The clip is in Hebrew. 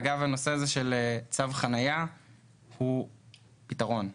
אגב, הנושא הזה של צו חנייה הוא פתרון.